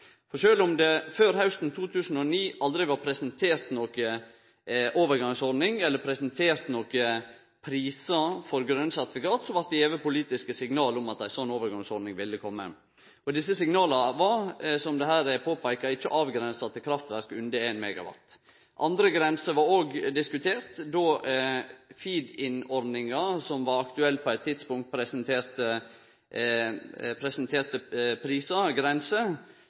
om det før hausten 2009 aldri var presentert noka overgangsordning eller prisar for grøne sertifikat, blei det gjeve politiske signal om at ei slik overgangsordning ville kome. Desse signala var, som det her er peika på, ikkje avgrensa til kraftverk under 1 MW. Andre grenser blei òg diskuterte. Då feed-in-ordninga, som var aktuell på eit tidspunkt, presenterte grenser, blei det signalisert opp til 3 MW som ei aktuell grense